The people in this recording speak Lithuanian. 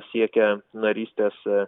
siekia narystės